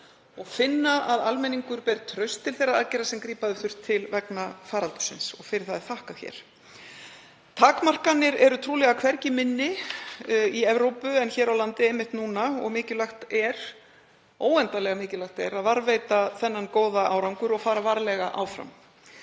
og finna að almenningur ber traust til þeirra aðgerða sem grípa hefur þurft til vegna faraldursins og fyrir það er þakkað hér. Takmarkanir eru trúlega hvergi minni í Evrópu en hér á landi einmitt núna og óendanlega mikilvægt er að varðveita þann góða árangur og fara varlega áfram.